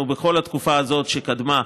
אנחנו, בכל התקופה הזאת שקדמה,